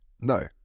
No